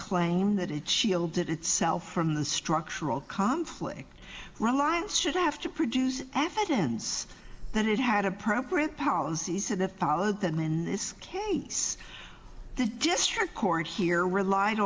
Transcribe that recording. claim that it shielded itself from the structural come flick reliance should have to produce evidence that it had appropriate policies of the followed than in this case the district court here relied